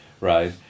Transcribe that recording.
right